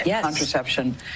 contraception